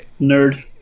nerd